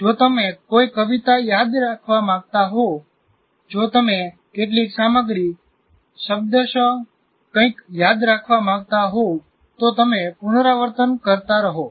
જો તમે કોઈ કવિતા યાદ રાખવા માંગતા હો જો તમે કેટલીક સામગ્રી શબ્દશ કંઈક યાદ રાખવા માંગતા હોવ તો તમે પુનરાવર્તન કરતા રહો